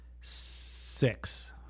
Six